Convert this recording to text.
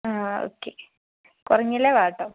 അതെ ഓക്കെ കുറഞ്ഞില്ലേൽ വാ കേട്ടോ